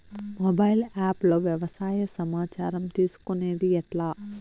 Mobile app లో వ్యవసాయ సమాచారం తీసుకొనేది ఎట్లా?